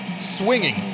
Swinging